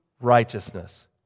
righteousness